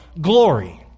glory